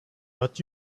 but